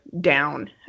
down